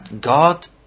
God